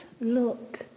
look